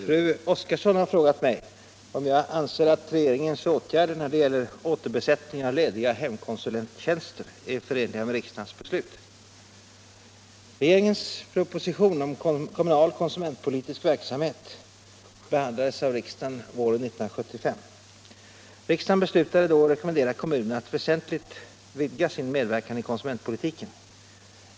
Herr talman! Fru Oskarsson har frågat mig om jag anser att regeringens åtgärder när det gäller återbesättning av lediga hemkonsulenttjänster är Regeringens proposition om kommunal konsumentpolitisk verksamhet behandlades av riksdagen våren 1975. Riksdagen beslutade då att rekommendera kommunerna att väsentligt vidga sin medverkan i konsumentpolitiken.